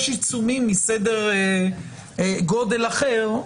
יש עיצומים מסדר גודל אחר.